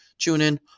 TuneIn